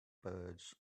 birds